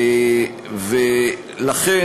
לכן,